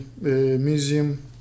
Museum